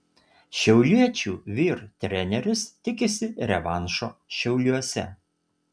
šiauliečių vyr treneris tikisi revanšo šiauliuose